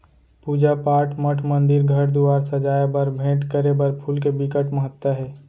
पूजा पाठ, मठ मंदिर, घर दुवार सजाए बर, भेंट करे बर फूल के बिकट महत्ता हे